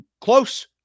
close